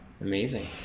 amazing